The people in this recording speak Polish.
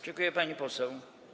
Dziękuję, pani poseł.